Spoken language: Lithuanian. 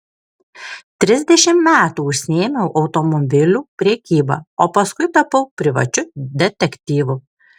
trisdešimt metų užsiėmiau automobilių prekyba o paskui tapau privačiu detektyvu